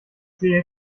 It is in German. sehe